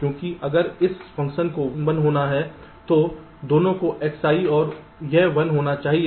क्योंकि अगर इस फ़ंक्शन को 1 होना है तो दोनों को Xi और यह 1 होना चाहिए